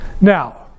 Now